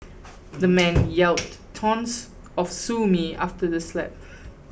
the man yelled taunts of sue me after the slap